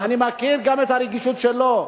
אני מכיר גם את הרגישות שלו.